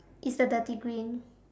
it's the dirty green